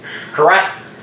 Correct